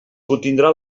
contindrà